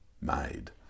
made